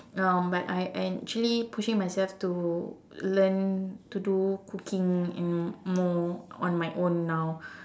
um but I I actually pushing myself to learn to do cooking in more on my own now